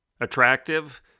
attractive